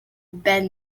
bed